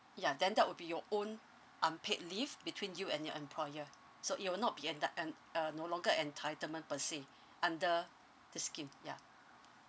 ya then that would be your own unpaid leave between you and your employer so it will not be enti~ um uh no longer entitlement per se under the scheme ya